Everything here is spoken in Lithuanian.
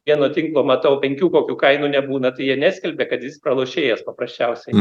vieno tinklo matau penkių kokių kainų nebūna tai jie neskelbia kad jis pralošėjas paprasčiausiai